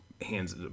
hands